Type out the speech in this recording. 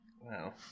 Wow